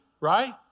right